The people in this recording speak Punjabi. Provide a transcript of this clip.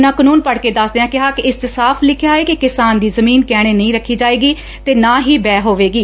ਉਨ੍ਹਾਂ ਕਾਨੂੰਨ ਪੜੁ ਕੇ ਦੱਸਦਿਆਂ ਕਿਹਾ ਕਿ ਇਸ 'ਚ ਸਾਫ ਲਿਖਿਆ ਏ ਕਿ ਕਿਸਾਨ ਦੀ ਜਮੀਨ ਗਹਿਣੇ ਨਹੀਂ ਰੱਖੀ ਜਾਏਗੀ ਅਤੇ ਨਾਂ ਹੀ ਬੈਅ ਹੈਵੇਗੀ